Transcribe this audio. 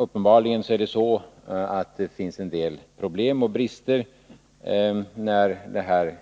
Uppenbarligen finns det en del problem och brister när det här